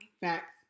Facts